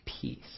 peace